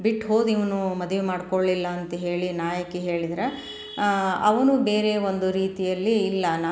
ಬಿಟ್ಟು ಹೋದ ಇವ್ನು ಮದುವೆ ಮಾಡಿಕೊಳ್ಲಿಲ್ಲ ಅಂತ ಹೇಳಿ ನಾಯಕಿ ಹೇಳಿದ್ರೆ ಅವನು ಬೇರೆ ಒಂದು ರೀತಿಯಲ್ಲಿ ಇಲ್ಲ ನಾನು